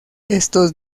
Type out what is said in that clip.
estos